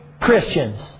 Christians